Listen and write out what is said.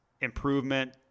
improvement